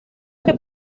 que